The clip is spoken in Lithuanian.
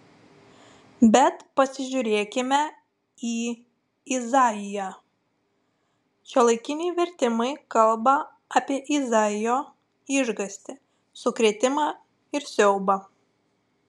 bet pasižiūrėkime į izaiją šiuolaikiniai vertimai kalba apie izaijo išgąstį sukrėtimą ir siaubą